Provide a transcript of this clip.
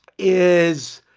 is